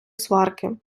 сварки